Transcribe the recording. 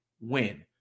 win